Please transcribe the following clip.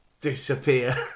disappear